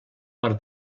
per